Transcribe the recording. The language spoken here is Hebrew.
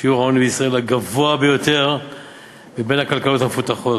שיעור העוני בישראל הוא הגבוה ביותר בין הכלכלות המפותחות.